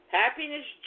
happiness